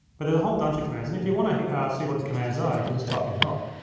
but it a whole bunch of commands, and if you wanna see what the commands are, you can just type in help.